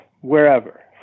wherever